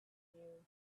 you